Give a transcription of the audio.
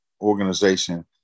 organization